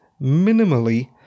minimally